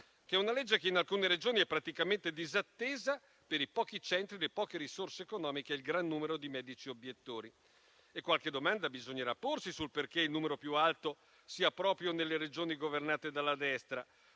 che è una legge che in alcune Regioni è praticamente disattesa per i pochi centri, le poche risorse economiche e il gran numero di medici obiettori. Qualche domanda bisognerà porsi sul perché il numero più alto di obiettori sia proprio nelle Regioni governate dalla destra: